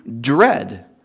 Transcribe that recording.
dread